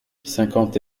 cinquante